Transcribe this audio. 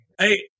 Hey